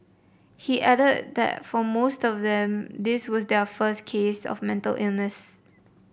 he added that for most of them this was their first case of mental illness